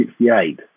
1968